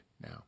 now